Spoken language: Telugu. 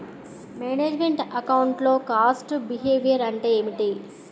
మేనేజ్ మెంట్ అకౌంట్ లో కాస్ట్ బిహేవియర్ అంటే ఏమిటి?